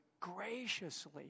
graciously